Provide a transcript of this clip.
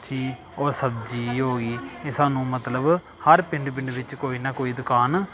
ਠੀ ਉਹ ਸਬਜ਼ੀ ਹੋ ਗਈ ਇਹ ਸਾਨੂੰ ਮਤਲਬ ਹਰ ਪਿੰਡ ਪਿੰਡ ਵਿੱਚ ਕੋਈ ਨਾ ਕੋਈ ਦੁਕਾਨ